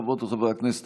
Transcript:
חברות וחברי הכנסת,